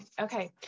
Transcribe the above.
Okay